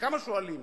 כמה שואלים